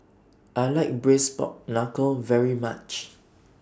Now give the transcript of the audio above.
I like Braised Pork Knuckle very much